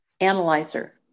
analyzer